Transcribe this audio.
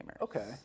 Okay